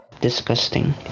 Disgusting